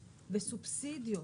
בסובסידיות,